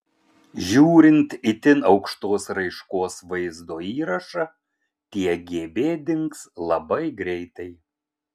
žiūrint itin aukštos raiškos vaizdo įrašą tie gb dings labai greitai